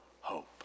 hope